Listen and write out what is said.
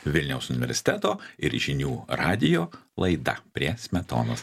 vilniaus universiteto ir žinių radijo laida prie smetonos